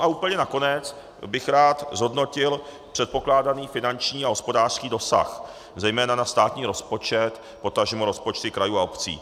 A úplně nakonec bych rád zhodnotil předpokládaný finanční a hospodářský dosah, zejména na státní rozpočet, potažmo rozpočty krajů a obcí.